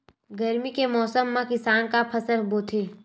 गरमी के मौसम मा किसान का फसल बोथे?